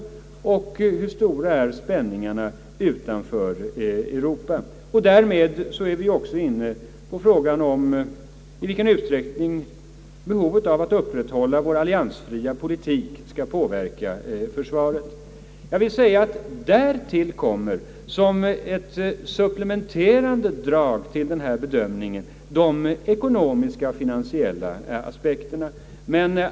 Hur stora är de utrikespolitiska spänningarna utanför Europa? Därmed är vi inne på frågan om i vilken utsträckning behovet av att upprätthålla vår alliansfria politik skall påverka försvaret. Jag vill framhålla att till denna bedömning kommer såsom ett supplementerande drag de ekonomiska och finansiella aspekterna.